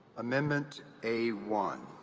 amendment a one